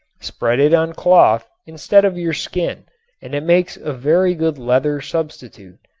spread it on cloth instead of your skin and it makes a very good leather substitute.